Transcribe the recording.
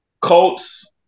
Colts